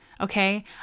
Okay